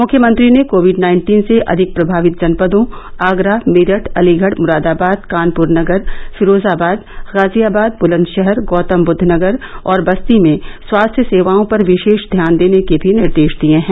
मुख्यमंत्री ने Covid nineteen से अधिक प्रभावित जनपदों आगरा मेरठ अलीगढ मुरादाबाद कानपुर नगर फिरोजाबाद गाजियाबाद बुलंदशहर गौतमबुद्धनगर और बस्ती में स्वास्थ्य सेवाओं पर विशेष ध्यान देने के भी निर्देश दिए हैं